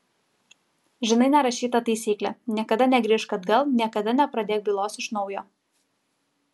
žinai nerašytą taisyklę niekada negrįžk atgal niekada nepradėk bylos iš naujo